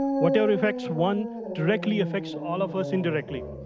whatever affects one directly affects all of us indirectly.